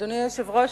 אדוני היושב-ראש,